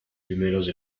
primeros